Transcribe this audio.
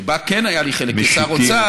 שבה כן היה לי חלק כשר אוצר,